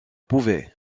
pouvait